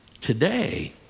today